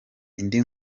indi